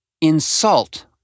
Insult